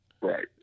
right